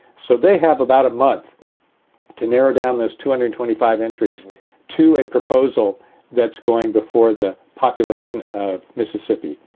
so they have about a month to narrow down those two hundred twenty five entries to a proposal that's going before the population of mississippi